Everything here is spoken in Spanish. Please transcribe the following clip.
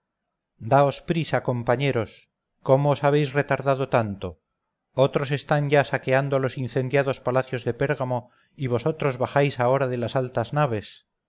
daos prisa compañeros cómo os habéis retardado tanto otros están ya saqueando los incendiados palacios de pérgamo y vosotros bajáis ahora de las altas naves